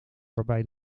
waarbij